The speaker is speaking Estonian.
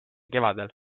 kevadel